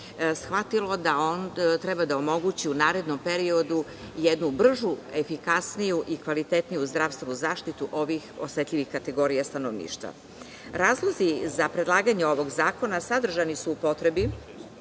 shvatilo da treba da omogući u narednom periodu jednu bržu, efikasniju i kvalitetniju zdravstvenu zaštitu ovih osetljivih kategorija stanovništva. Razlozi za predlaganje ovog zakona sadržani su u potrebi